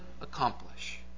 accomplish